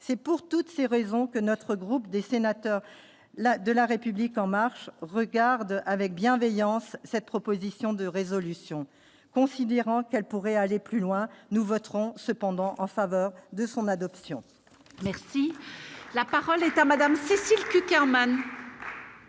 c'est pour toutes ces raisons que notre groupe des sénateurs la de la République en marche, regarde avec bienveillance cette proposition de résolution, considérant qu'elle pourrait aller plus loin, nous voterons cependant en faveur de son adoption. Merci, la parole est à madame Cécile Cukierman.